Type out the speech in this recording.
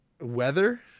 Weather